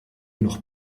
noch